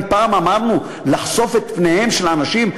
אם פעם אמרנו "לחשוף את פניהם של האנשים",